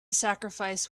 sacrifice